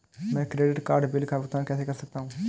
मैं credit card bill का भुगतान कैसे कर सकता हूं?